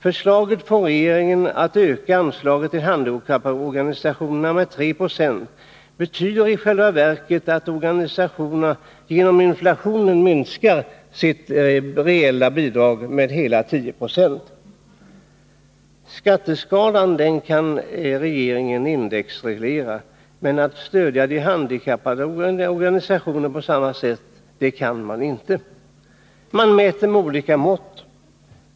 Förslaget från regeringen att öka anslaget till handikapporganisationerna med 3 90 betyder i själva verket att organisationsstödet genom inflationen minskas med hela 10 96. Skatteskalan kan regeringen indexreglera. Men stödja de handikappades organisationer på samma sätt, det kan man inte. Man mäter med olika mått.